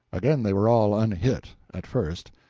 again they were all unhit at first.